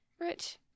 Rich